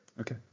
okay